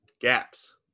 gaps